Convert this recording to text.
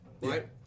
right